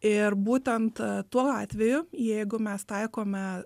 ir būtent tuo atveju jeigu mes taikome